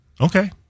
Okay